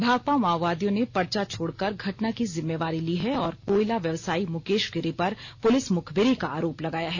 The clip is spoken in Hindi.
भाकपा माओवादियों ने पर्चा छोडकर घटना की जिम्मेवारी ली है और कोयला व्यवसायी मुकेश गिरी पर पुलिस मुखबिरी का आरोप लगाया है